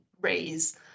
raise